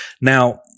Now